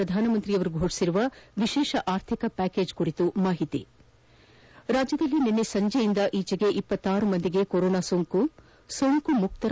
ಪ್ರಧಾನಮಂತ್ರಿಯವರು ಘೋಷಿಸಿರುವ ವಿಶೇಷ ಆರ್ಥಿಕ ಪ್ಯಾಕೇಜ್ ಕುರಿತು ಮಾಹಿತಿ ನಿರೀಕ್ಷಿತ ರಾಜ್ಯದಲ್ಲಿ ನಿನ್ನೆ ಸಂಜೆಯಿಂದೀಚೆಗೆ ಜನರಿಗೆ ಕೊರೋನಾ ಸೋಂಕು ಸೋಂಕುಮುಕ್ತರ